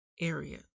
Area